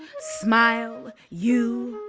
smile, you,